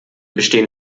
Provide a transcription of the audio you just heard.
bestehen